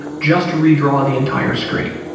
just redraw the entire screen.